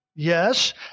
Yes